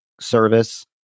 service